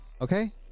Okay